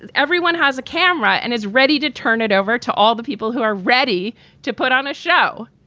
and everyone has a camera and is ready to turn it over to all the people who are ready to put on a show